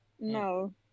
No